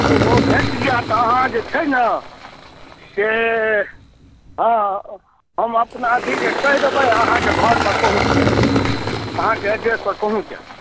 तऽ ओ भेट जायत अहाँ जे छै ने से हाँ हम अपना अथी जे कहि देबै जे अहाँक घरपर पहुँच जायत अहाँके एड्रेसपर पहुँच जायत